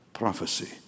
prophecy